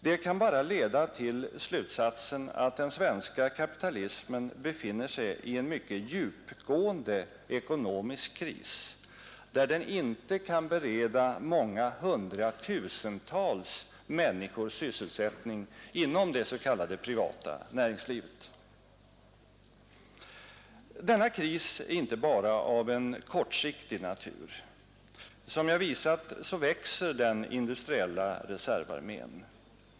Det kan bara leda till slutsatsen att den svenska kapitalismen befinner sig i en mycket djupgående ekonomisk kris, som innebär att hundratusentals människor inte kan beredas sysselsättning inom det s.k. privata näringslivet. Denna kris är inte bara av en kortsiktig natur. Som jag visat växer den industriella reservarmén.